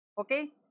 Okay